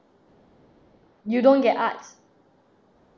you don't get arts